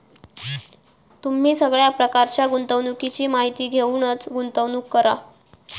तुम्ही सगळ्या प्रकारच्या गुंतवणुकीची माहिती घेऊनच गुंतवणूक करा